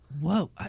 whoa